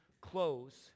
close